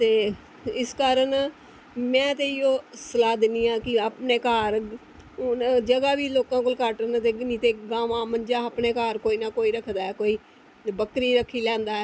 ते इस कारण में ते इयो सलाह दिन्नी आं कि अपने घर हून जगह बी लोकें कोल घट्ट ते जगह बी देगे जां नेईं देगे गावां मंज्झां कोई ना कोई रक्खदा अपने घर बी ते बक्करी रक्खी लैंदा ऐ